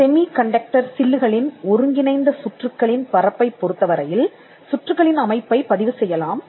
semi conductor சில்லுகளின் ஒருங்கிணைந்த சுற்றுக்களின் பரப்பைப் பொருத்தவரையில் சுற்றுக்களின் அமைப்பைப் பதிவு செய்யலாம்